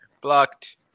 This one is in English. Blocked